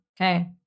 Okay